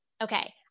okay